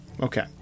Okay